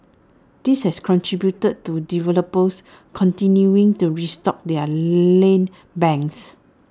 this has contributed to developers continuing to restock their land banks